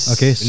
Okay